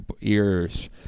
ears